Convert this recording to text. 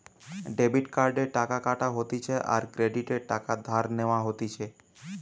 debit কার্ডে টাকা কাটা হতিছে আর ক্রেডিটে টাকা ধার নেওয়া হতিছে